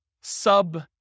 sub